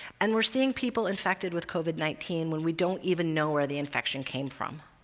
and we're seeing people infected with covid nineteen when we don't even know where the infection came from.